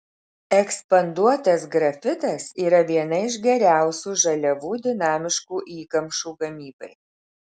ekspanduotas grafitas yra viena iš geriausių žaliavų dinamiškų įkamšų gamybai